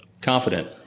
confident